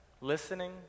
listening